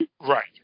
Right